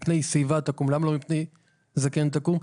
למה אומרים מפני שיבה תקום ולא מפני זקן תקום?